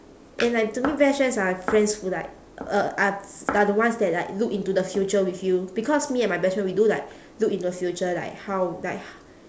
and like to me best friends are friends who like uh are are the ones that like look into the future with you because me and my best friend we do like look in the future like how like h~